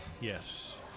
Yes